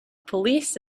police